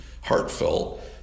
heartfelt